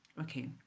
Okay